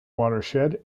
watershed